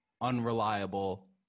unreliable